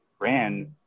ran